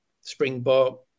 Springbok